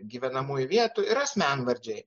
gyvenamųjų vietų ir asmenvardžiai